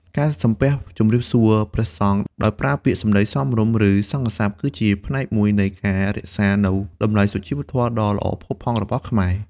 ការសំពះជម្រាបសួរព្រះសង្ឃដោយប្រើពាក្យសម្តីសមរម្យ ឬ សង្ឃសព្ទ គឺជាផ្នែកមួយនៃការរក្សានូវតម្លៃសុជីវធម៌ដ៏ល្អផូរផង់របស់ខ្មែរ។